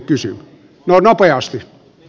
no nopeasti